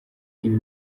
ibi